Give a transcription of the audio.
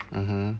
mmhmm